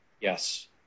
Yes